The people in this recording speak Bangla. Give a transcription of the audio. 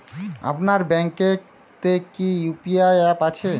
আপনার ব্যাঙ্ক এ তে কি ইউ.পি.আই অ্যাপ আছে?